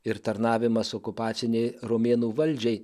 ir tarnavimas okupacinei romėnų valdžiai